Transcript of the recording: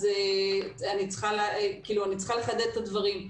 אז אני צריכה לחדד את הדברים.